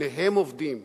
שניהם עובדים,